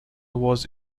was